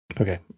Okay